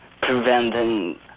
preventing